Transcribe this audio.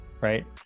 right